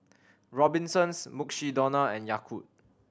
Robinsons Mukshidonna and Yakult